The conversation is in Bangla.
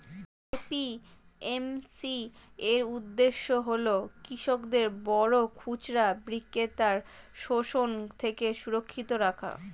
এ.পি.এম.সি এর উদ্দেশ্য হল কৃষকদের বড় খুচরা বিক্রেতার শোষণ থেকে সুরক্ষিত রাখা